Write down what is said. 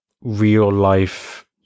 real-life